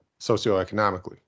socioeconomically